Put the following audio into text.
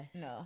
No